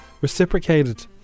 reciprocated